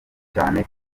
cyane